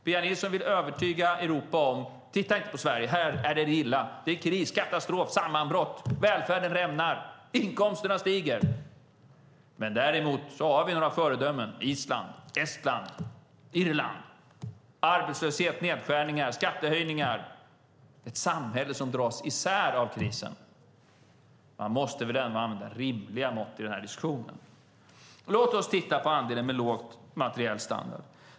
Pia Nilsson vill övertyga Europa och säger: Titta inte på Sverige, här är det illa. Det är kris, katastrof, sammanbrott, välfärden rämnar, inkomsterna stiger. Däremot har vi några föredömen: Island, Estland, Irland - arbetslöshet, nedskärningar, skattehöjningar, samhällen som dras isär av krisen. Man måste väl använda rimliga mått. Låt oss titta på andelen med låg materiell standard.